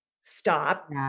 stop